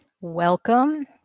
Welcome